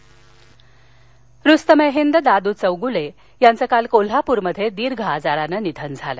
निधन कोल्हापर रुस्तम ए हिंद दादू चौगूले यांचं काल कोल्हापूरमध्ये दीर्घ आजारानं निधन झालं